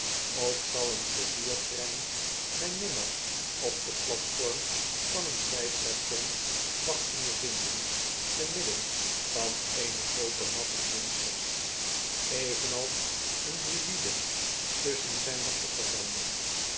ook zaleen pleiziertrein mij nimmer op den platform van een zij station wachtende vinden te midden van eene groote massa monsters evenals een druïde tusschen zijne